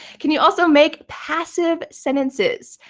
can you also make passive sentences?